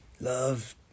Love